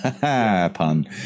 pun